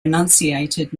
enunciated